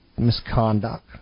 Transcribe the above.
misconduct